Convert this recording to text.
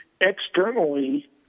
externally